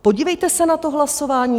Podívejte se na to hlasování.